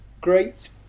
great